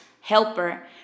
helper